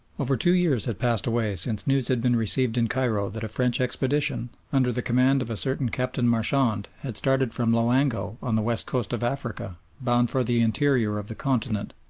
over two years had passed away since news had been received in cairo that a french expedition, under the command of a certain captain marchand, had started from loango, on the west coast of africa, bound for the interior of the continent.